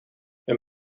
een